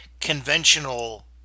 conventional